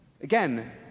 Again